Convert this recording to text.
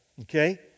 Okay